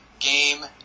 Game